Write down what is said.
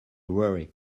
worry